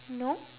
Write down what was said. no